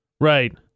Right